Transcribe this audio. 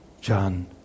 John